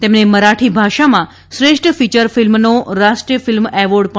તેમને મરાઠી ભાષામાં શ્રેષ્ઠ ફીચર ફિલ્મનો રાષ્ટ્રીય ફિલ્મ એવોર્ડ મળ્યો હતો